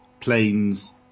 planes